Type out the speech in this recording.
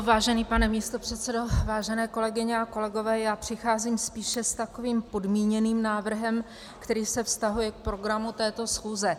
Vážený pane místopředsedo, vážené kolegyně a kolegové, přicházím spíše s takovým podmíněným návrhem, který se vztahuje k programu této schůze.